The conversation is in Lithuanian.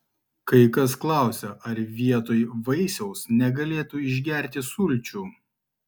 kai kas klausia ar vietoj vaisiaus negalėtų išgerti sulčių